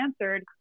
answered